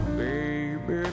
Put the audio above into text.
baby